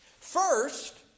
First